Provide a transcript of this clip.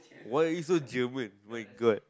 what is so German my god